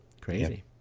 Crazy